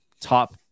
top